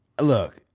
Look